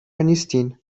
نیستین